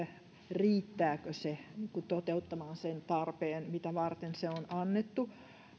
riittääkö se toteuttamaan sen tarpeen mitä varten se on annettu